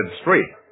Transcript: street